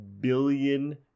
billion